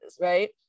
right